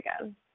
again